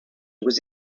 was